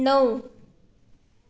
णव